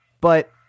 But-